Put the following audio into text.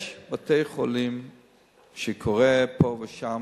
יש בתי-חולים שקורה בהם שפה ושם